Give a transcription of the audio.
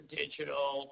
digital